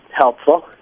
helpful